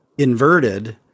inverted